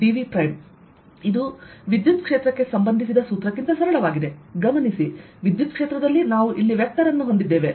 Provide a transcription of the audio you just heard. ಇದು ವಿದ್ಯುತ್ಕ್ಷೇತ್ರಕ್ಕೆ ಸಂಬಂಧಿಸಿದ ಸೂತ್ರಕ್ಕಿಂತ ಸರಳವಾಗಿದೆ ಗಮನಿಸಿ ವಿದ್ಯುತ್ಕ್ಷೇತ್ರದಲ್ಲಿ ನಾವು ಇಲ್ಲಿ ವೆಕ್ಟರ್ ಅನ್ನು ಹೊಂದಿದ್ದೇವೆ